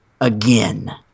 again